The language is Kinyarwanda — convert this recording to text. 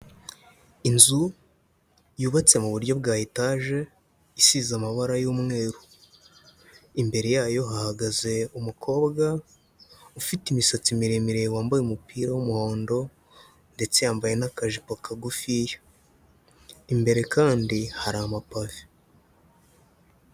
Inzu yubatse mu buryo bwa etaje isize amabara y'umweru, imbere yayo hahagaze umukobwa ufite imisatsi miremire wambaye umupira w'umuhondo ndetse yambaye n'akajipo kagufiya, imbere kandi hari amapave.